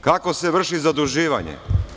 Kako se vrši zaduživanje?